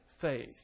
faith